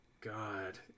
God